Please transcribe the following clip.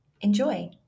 Enjoy